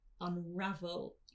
unravel